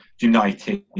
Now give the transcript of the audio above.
United